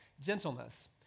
gentleness